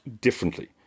differently